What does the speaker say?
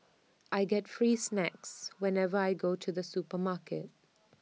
I get free snacks whenever I go to the supermarket